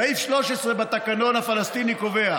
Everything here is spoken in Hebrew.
סעיף 13 בתקנון הפלסטיני קובע